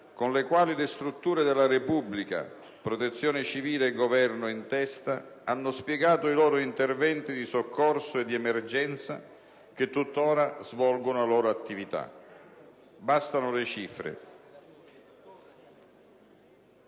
con le quali le strutture della Repubblica, Protezione civile e Governo in testa, hanno spiegato i loro interventi di soccorso e di emergenza e tuttora svolgono la loro attività. *(Brusìo)*. Bastano le cifre: